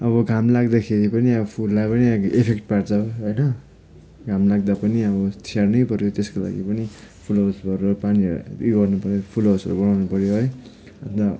अब घाम लाग्दाखेरि पनि अब फुललाई पनि इफेक्ट पार्छ होइन घाम लाग्दा पनि अब स्याहार्नै पर्यो त्यसको लागि पनि फुलहाउस गरेर पानी उयो गर्नुपर्यो फुलहाउसहरू बनाउनु पर्यो है अन्त